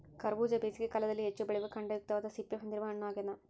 ಕರಬೂಜ ಬೇಸಿಗೆ ಕಾಲದಲ್ಲಿ ಹೆಚ್ಚು ಬೆಳೆಯುವ ಖಂಡಯುಕ್ತವಾದ ಸಿಪ್ಪೆ ಹೊಂದಿರುವ ಹಣ್ಣು ಆಗ್ಯದ